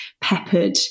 peppered